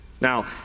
Now